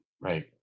Right